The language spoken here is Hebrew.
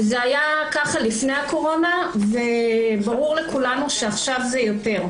זה היה כך לפני הקורונה וברור לכולנו שעכשיו זה יותר.